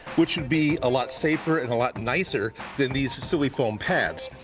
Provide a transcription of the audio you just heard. which should be a lot safer and a lot nicer than these silly foam pads.